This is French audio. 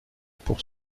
pour